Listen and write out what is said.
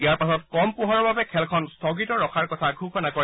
ইয়াৰ পাছত কম পোহৰৰ বাবে খেলখন স্থগিত ৰখাৰ কথা ঘোষণা কৰে